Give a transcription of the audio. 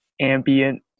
ambient